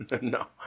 No